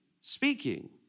speaking